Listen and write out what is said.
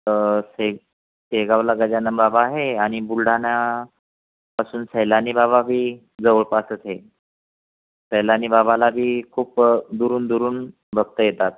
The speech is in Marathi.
तर शेगावला गजानन बाबा आहे आणि बुलढाणापासून सैलानीबाबा बी जवळपासच आहे सैलानी बाबाला बी खूप दुरून दुरून भक्त येतात